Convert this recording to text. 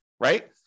right